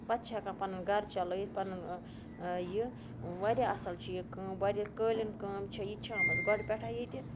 پَتہٕ چھِ ہٮ۪کان پَنُن گَرٕ چَلٲیِتھ پَنُن یہِ واریاہ اَصٕل چھِ یہِ کٲم واریاہ قٲلیٖن کٲم چھےٚ یہِ چھِ آمٕژ گۄڈٕ پٮ۪ٹھَے ییٚتہِ